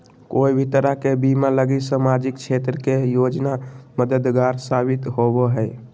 कोय भी तरह के बीमा लगी सामाजिक क्षेत्र के योजना मददगार साबित होवो हय